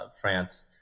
France